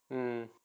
um